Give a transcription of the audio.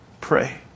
Pray